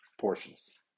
portions